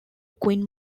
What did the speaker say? quinn